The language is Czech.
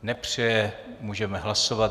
Nepřeje, můžeme hlasovat.